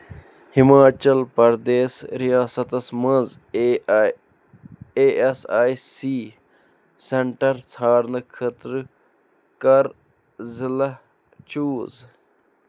ہِماچل پرٛدیش ریاستس مَنٛز A I A S I C centre ژھانڈنہٕ خٲطرٕ کر ضلعہٕ چوٗز